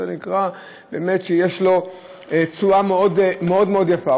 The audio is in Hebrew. זה נקרא באמת שיש לו תשואה מאוד מאוד יפה.